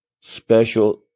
special